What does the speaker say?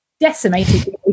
decimated